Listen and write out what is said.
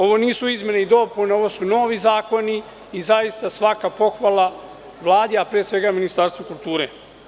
Ovo nisu izmene i dopune, ovo su novi zakoni i zaista svaka pohvala Vladi, a pre svega Ministarstvu kulture.